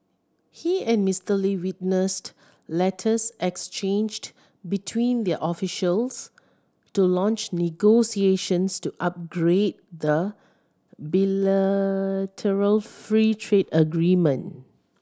he and Mister Lee witnessed letters exchanged between their officials to launch negotiations to upgrade the bilateral free trade agreement